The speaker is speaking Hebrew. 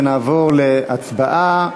ונעבור להצבעה.